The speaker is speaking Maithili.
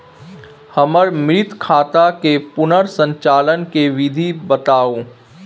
हमर मृत खाता के पुनर संचालन के विधी बताउ?